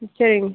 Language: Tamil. ம் சரிங்